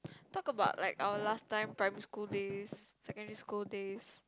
talk about our last time primary school days secondary school days